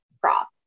crop